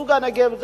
שגשוג הנגב,